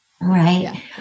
right